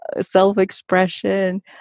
self-expression